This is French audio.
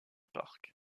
parc